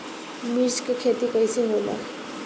मिर्च के खेती कईसे होला?